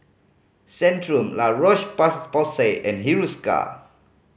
Centrum La Roche Porsay and Hiruscar